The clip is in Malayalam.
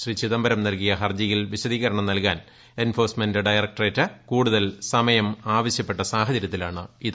ശ്രീ ചിദംബരം നൽകിയ ഹർജിയിൽ വിശദീകരണം നൽകാൻ എൻഫോഴ്സ്മെന്റ് ഡയറക്ടറേറ്റ് കൂടുതൽ സമയം ആവശ്യപ്പെട്ട സാഹചര്യത്തിലാണിത്